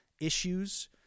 issues